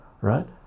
right